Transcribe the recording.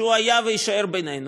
שהיה ויישאר בינינו,